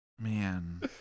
Man